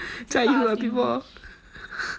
加油 a bit more